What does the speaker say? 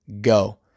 go